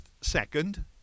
second